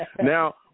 Now